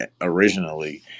originally